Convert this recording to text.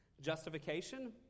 Justification